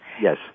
Yes